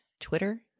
Twitter